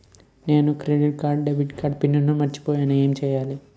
నేను credit card debit card pin మర్చిపోయేను ఎం చెయ్యాలి?